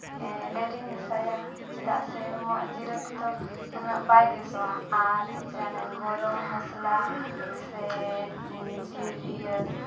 ᱰᱷᱮᱨᱤᱧ ᱢᱮᱥᱟᱭᱟ ᱪᱮᱫᱟᱜ ᱥᱮ ᱡᱤᱨᱟᱹ ᱛᱮᱫᱚ ᱩᱱᱟᱹᱜ ᱵᱟᱭ ᱜᱮᱥᱚᱜᱼᱟ ᱟᱨ ᱡᱮ ᱦᱟᱱᱮ ᱜᱚᱨᱚᱢ ᱢᱚᱥᱞᱟ ᱥᱮ ᱤᱭᱟᱹ